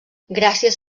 gràcies